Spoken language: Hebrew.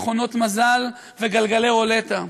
מכונות מזל וגלגלי רולטה,